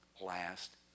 last